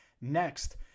next